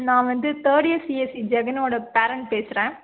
நான் வந்து third year CSC ஜெகனோடய பேரெண்ட் பேசுகிறேன்